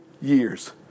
years